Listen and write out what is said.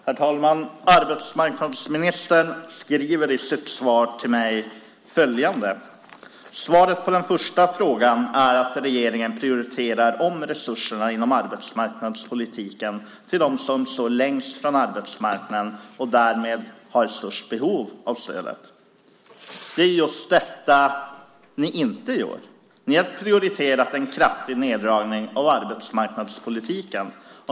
Herr talman! Arbetsmarknadsministern säger i sitt svar till mig följande: "Svaret på den första frågan är att regeringen prioriterar om resurserna inom arbetsmarknadspolitiken till dem som står längst från arbetsmarknaden och därmed har störst behov av stöd." Det är just detta ni inte gör. Ni har prioriterat en kraftig neddragning av arbetsmarknadspolitiken.